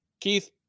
Keith